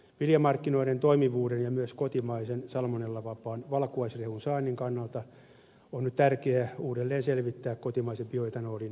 viljamarkkinoiden toimivuuden ja myös kotimaisen salmonellavapaan valkuaisrehun saannin kannalta on tärkeää uudelleen selvittää kotimaisen bioetanolin tuotantomahdollisuus